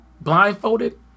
blindfolded